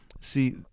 see